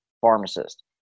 pharmacist